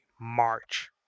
March